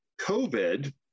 COVID